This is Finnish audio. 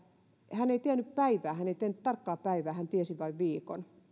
hän ei tiennyt päivää hän ei tiennyt tarkkaa päivää hän tiesi vain viikon